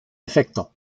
efecto